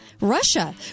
Russia